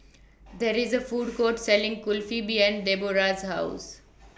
There IS A Food Court Selling Kulfi behind Debora's House